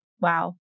wow